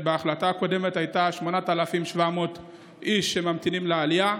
בהחלטה הקודמת היו 8,700 איש שממתינים לעלייה.